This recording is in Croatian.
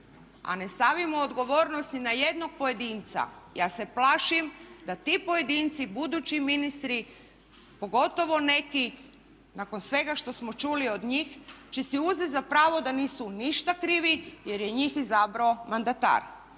a ne stavimo odgovornost ni na jednog pojedinca ja se plašim da ti pojedinci budući ministri pogotovo neki nakon svega što smo čuli od njih će si uzeti za pravo da nisu ništa krivi jer je njih izabrao mandatar.